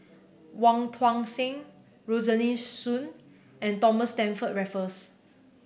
Wong Tuang Seng Rosaline Soon and Thomas Stamford Raffles